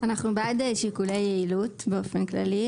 אנחנו בעד שיקולי יעילות באופן כללי,